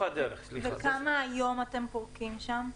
וכמה אתם פורקים שם היום?